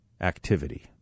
activity